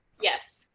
Yes